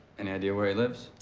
and idea where he lives?